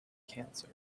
cancer